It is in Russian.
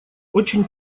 очень